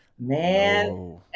Man